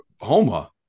Homa